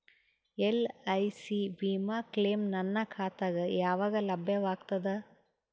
LIC ವಿಮಾ claim ನನ್ನ ಖಾತಾಗ ಯಾವಾಗ ಲಭ್ಯವಾಗತದ?